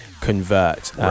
convert